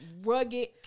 rugged